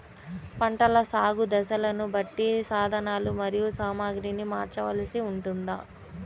పంటల సాగు దశలను బట్టి సాధనలు మరియు సామాగ్రిని మార్చవలసి ఉంటుందా?